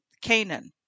Canaan